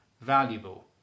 valuable